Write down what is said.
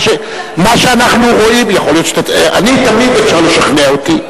מה שאנחנו רואים, אני, תמיד אפשר לשכנע אותי,